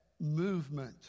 movement